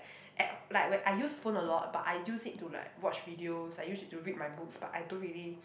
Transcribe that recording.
at uh like where I use the phone a lot but I use it to like watch videos I use it to read my books but I don't really